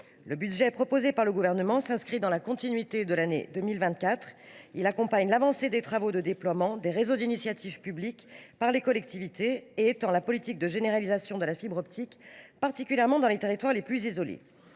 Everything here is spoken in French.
Le budget proposé par le Gouvernement s’inscrit dans la continuité de l’année 2024 : il accompagne l’avancée des travaux de déploiement des réseaux d’initiative publique par les collectivités, et étend la politique de généralisation de la fibre optique, particulièrement dans les territoires les plus isolés.